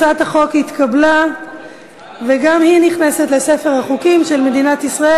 הצעת החוק התקבלה וגם היא נכנסת לספר החוקים של מדינת ישראל.